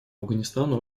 афганистана